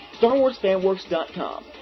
StarWarsFanWorks.com